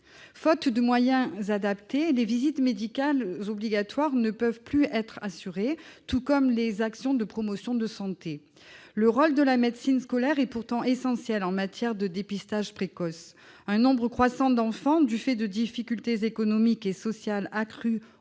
Faute de moyens adaptés, les visites médicales obligatoires ne peuvent plus être assurées, tout comme les actions de promotion de la santé. Le rôle de la médecine scolaire est pourtant essentiel en matière de dépistage précoce. Un nombre croissant d'enfants, du fait de difficultés économiques et sociales accrues